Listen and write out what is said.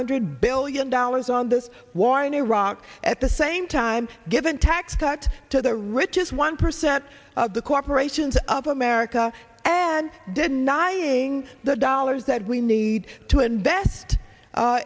hundred billion dollars on the war in iraq at the same time given tax cut to the richest one percent of the corporations of america and did nighy the dollars that we need to invest